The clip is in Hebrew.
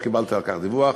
לא קיבלתי על כך דיווח.